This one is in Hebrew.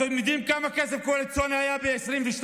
אתם יודעים כמה כסף קואליציוני היה ב-2022?